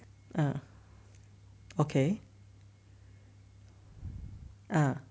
uh okay ah